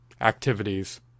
activities